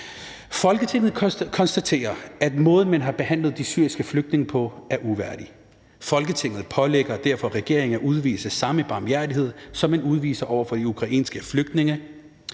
»Folketinget konstaterer, at måden, som man har behandlet de syriske flygtninge på, er uværdig. Folketinget pålægger derfor regeringen at udvise samme barmhjertighed, som man udviser over for de ukrainske flygtninge.